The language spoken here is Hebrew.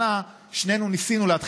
מלכיאלי וינון אזולאי